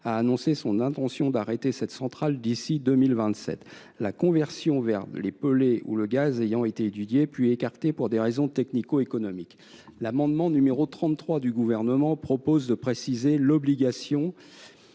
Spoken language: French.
a annoncé sa volonté d’arrêter cette centrale d’ici à 2027, la conversion vers les pellets ou le gaz ayant été étudiée puis écartée pour des raisons technico économiques. L’amendement n° 33 du Gouvernement tend à préciser l’obligation